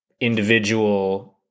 individual